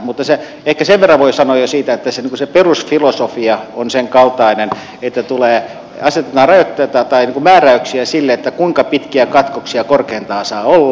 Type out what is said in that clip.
mutta ehkä sen verran voin jo sanoa siitä että se perusfilosofia on senkaltainen että asetetaan määräyksiä sille kuinka pitkiä katkoksia korkeintaan saa olla